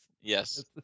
yes